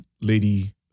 lady